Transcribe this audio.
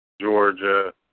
Georgia